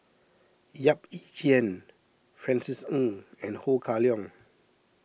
Yap Ee Chian Francis Ng and Ho Kah Leong